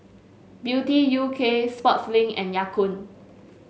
Beauty U K Sportslink and Ya Kun